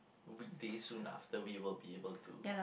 weekdays soon lah after we will be able to